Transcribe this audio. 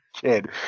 kid